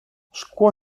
szkło